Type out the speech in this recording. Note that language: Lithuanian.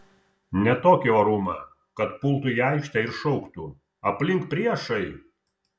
ne tokį orumą kad pultų į aikštę ir šauktų aplink priešai